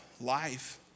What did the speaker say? life